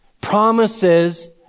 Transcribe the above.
Promises